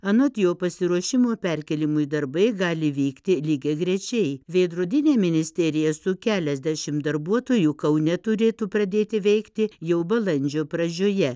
anot jo pasiruošimo perkėlimui darbai gali vykti lygiagrečiai veidrodinė ministerija su keliasdešim darbuotojų kaune turėtų pradėti veikti jau balandžio pradžioje